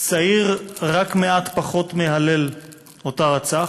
צעיר רק מעט פחות מהלל שרצח.